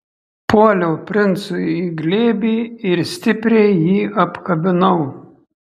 puoliau princui į glėbį ir stipriai jį apkabinau